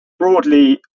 Broadly